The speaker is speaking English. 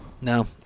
No